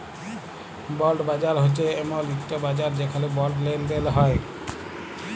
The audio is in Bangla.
বল্ড বাজার হছে এমল ইকট বাজার যেখালে বল্ড লেলদেল হ্যয়